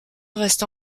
reste